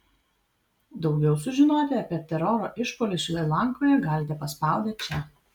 daugiau sužinoti apie teroro išpuolius šri lankoje galite paspaudę čia